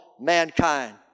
mankind